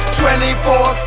24